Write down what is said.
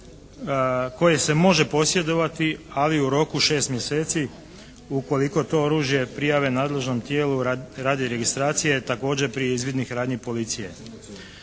koje se može posjedovati ali u roku 6 mjeseci ukoliko to oružje prijave nadležnom tijelu radi registracije, također prije izvidnih radnji policije.